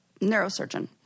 neurosurgeon